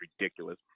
ridiculous